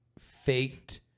faked